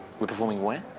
we're performing where?